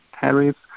tariffs